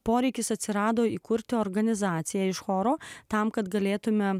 poreikis atsirado įkurta organizacija iš choro tam kad galėtumėme